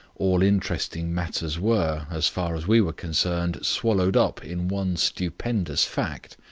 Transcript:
all interesting matters were, as far as we were concerned, swallowed up in one stupendous fact.